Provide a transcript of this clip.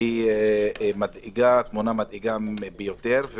התמונה מדאיגה ביותר.